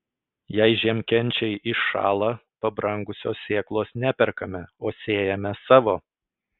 jei žiemkenčiai iššąla pabrangusios sėklos neperkame o sėjame savo